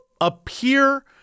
appear